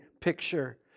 picture